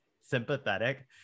sympathetic